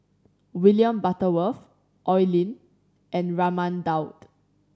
William Butterworth Oi Lin and Raman Daud